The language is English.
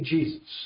Jesus